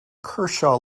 kershaw